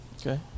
Okay